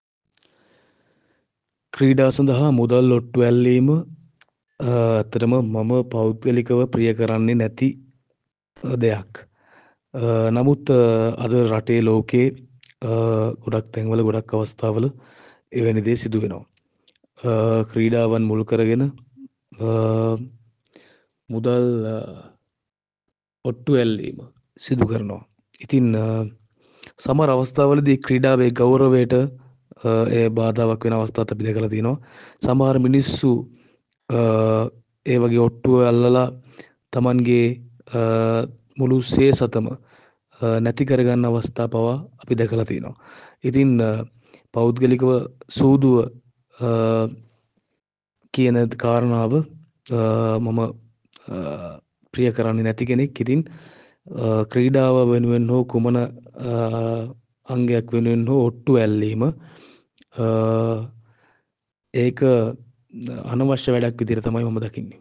ක්‍රීඩා සඳහා මුදල් ඔට්ටු ඇල්ලීම ඇත්තටම මම පෞද්ගලිකව ප්‍රිය කරන්නේ නැති දෙයක්. නමුත් අද රටේ ලෝකේ ගොඩක් තැන්වල ගොඩක් අවස්ථාවල එවැනි දේ සිදු වෙනවා ක්‍රීඩාවන් මුල් කරගෙන මුදල් ඔට්ටු ඇල්ලීම සිදු කරනවා සමහර අවස්ථා වලදී ක්‍රීඩාවේ ගෞරවයට එය බාධාවක් වන අවස්ථාත් අපි දැකලා තියෙනවා. සමහර මිනිස්සු ඒ වගේ ඔට්ටු අල්ලලා තමන්ගේ මුළු සේසතම නැති කරගන්න අවස්ථා පවා අපි දැකල තියෙනවා. ඉතින් පෞද්ගලිකව සූදුව කියන කාරණාව මම ප්‍රිය කරන්නේ නැති කෙනෙක්. ඉතින් ක්‍රීඩාව වෙනුවෙන් හෝ කුමන අංගයක් වෙනුවෙන් හෝ ඔට්ටු ඇල්ලීම ඒක අනවශ්‍ය වැඩක් විදියට තමයි මම දකින්නේ.